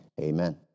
amen